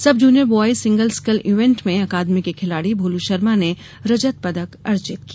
सब junior boys single scull event में अकादमी के खिलाड़ी भोलू शर्मा ने रजत पदक अर्जित किया